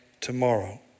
tomorrow